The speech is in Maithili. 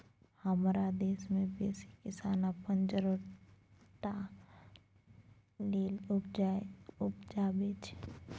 हमरा देश मे बेसी किसान अपन जरुरत टा लेल उपजाबै छै